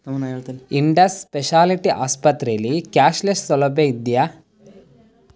Indus specialty ಆಸ್ಪತ್ರೆಯಲ್ಲಿ cashless ಸೌಲಭ್ಯ ಇದ್ಯಾ